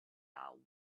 are